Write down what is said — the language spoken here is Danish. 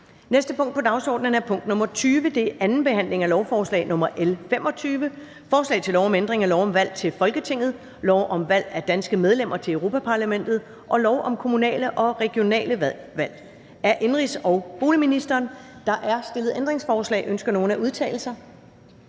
næste punkt på dagsordenen er: 20) 2. behandling af lovforslag nr. L 25: Forslag til lov om ændring af lov om valg til Folketinget, lov om valg af danske medlemmer til Europa-Parlamentet og lov om kommunale og regionale valg. (Forbud mod betaling for vælgererklæringer og stillerunderskrifter samt